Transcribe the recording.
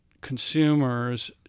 consumers